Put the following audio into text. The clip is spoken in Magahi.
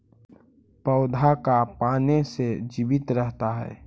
पौधा का पाने से जीवित रहता है?